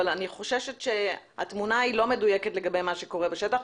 אבל אני חוששת שהתמונה לא מדויקת לגבי מה שקורה בשטח.